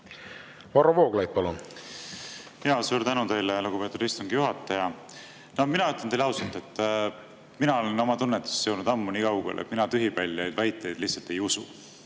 Varro Vooglaid, palun! Suur tänu teile, lugupeetud istungi juhataja! Mina ütlen teile ausalt, et mina olen oma tunnetes jõudnud ammu nii kaugele, et mina tühipaljaid väiteid lihtsalt ei usu.